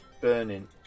burning